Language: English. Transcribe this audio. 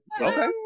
Okay